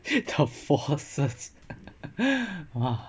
the forces !wah!